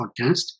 podcast